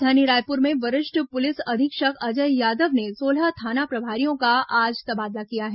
राजधानी रायपुर में वरिष्ठ पुलिस अधीक्षक अजय यादव ने सोलह थाना प्रभारियों का आज तबादला किया है